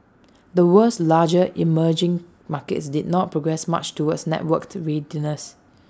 the world's larger emerging markets did not progress much towards networked readiness